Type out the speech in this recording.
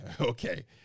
Okay